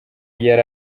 yari